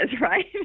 right